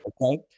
Okay